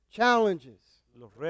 challenges